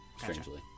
strangely